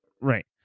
Right